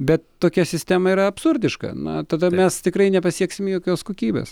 bet tokia sistema yra absurdiška na tada mes tikrai nepasieksim jokios kokybės